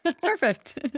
Perfect